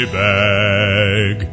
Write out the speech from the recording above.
bag